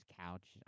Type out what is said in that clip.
couch